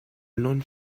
non